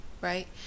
right